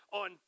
on